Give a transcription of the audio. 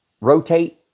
rotate